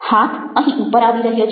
હાથ અહીં ઉપર આવી રહ્યો છે